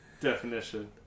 definition